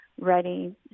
ready